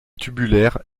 tubulaire